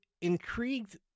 intrigued